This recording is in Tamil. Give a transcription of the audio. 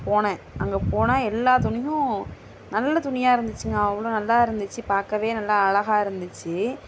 போனேன் அங்கே போனால் எல்லா துணியும் நல்ல துணியாக இருந்துச்சுங்க அவ்வளோ நல்ல இருந்துச்சு பார்க்கவே நல்லா அழகாக இருந்துச்சு